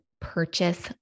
purchase